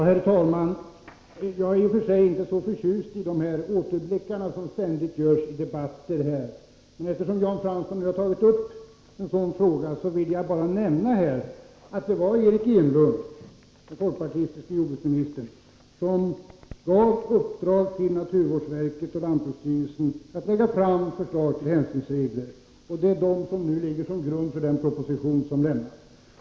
Herr talman! Jag är i och för sig inte så förtjust i de återblickar som ständigt görs i debatter här i kammaren. Men eftersom Jan Fransson nu har tagit upp en sådan fråga vill jag bara nämna att det var Eric Enlund, den folkpartistiske jordbruksministern, som gav naturvårdsverket och lantbruksstyrelsen i uppdrag att lägga fram förslag till hänsynsregler. Det är dessa förslag som nu ligger till grund för den proposition som föreligger.